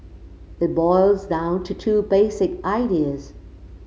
it boils down to two basic ideas